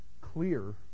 clear